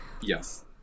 Yes